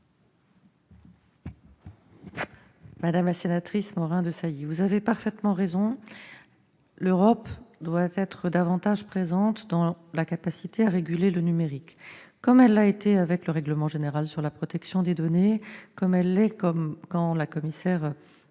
Madame la sénatrice Morin-Desailly, vous avez parfaitement raison, l'Europe doit être davantage présente en termes de régulation du numérique, comme elle l'a été avec le règlement général sur la protection des données et comme elle l'est quand la commissaire